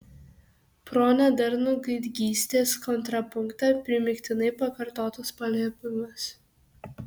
pro nedarnų gaidgystės kontrapunktą primygtinai pakartotas paliepimas